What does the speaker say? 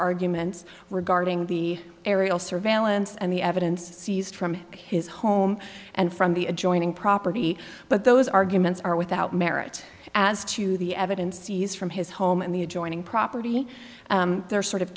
arguments regarding the aerial surveillance and the evidence seized from his home and from the adjoining property but those arguments are without merit as to the evidence seized from his home and the adjoining property there are sort of